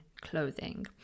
clothing